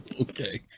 okay